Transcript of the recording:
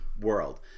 world